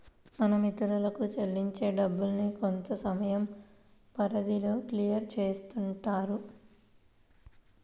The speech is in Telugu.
మనం ఇతరులకు చెల్లించే డబ్బుల్ని కొంతసమయం పరిధిలో క్లియర్ చేస్తుంటారు